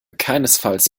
keinesfalls